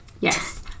Yes